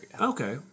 Okay